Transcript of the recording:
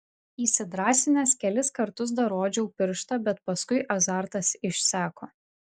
įsidrąsinęs kelis kartus dar rodžiau pirštą bet paskui azartas išseko